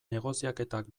negoziaketak